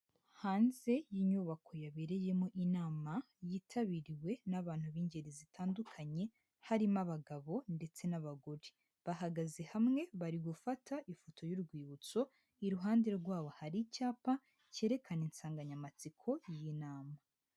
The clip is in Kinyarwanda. Hanze y'inyubako yabereyemo inama yitabiriwe n'abantu b'ingeri zitandukanye, harimo abagabo ndetse n'abagore, bahagaze hamwe bari gufata ifoto y'urwibutso, iruhande rwabo hari icyapa cyerekana insanganyamatsiko y'yi nama.